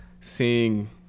seeing